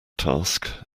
task